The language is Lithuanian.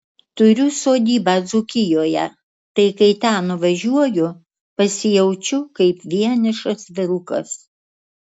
turiu sodybą dzūkijoje tai kai ten nuvažiuoju pasijaučiu kaip vienišas vilkas